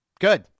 Good